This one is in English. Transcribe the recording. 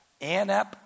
Anep